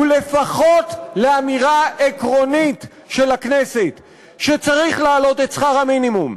או לפחות לאמירה עקרונית של הכנסת שצריך להעלות את שכר המינימום,